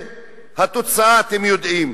והתוצאה, אתם יודעים.